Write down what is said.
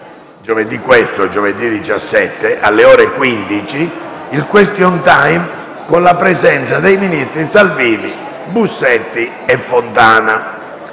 confermato per giovedì 17 alle ore 15 il *question time*, con la presenza dei ministri Salvini, Bussetti e Fontana.